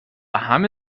همه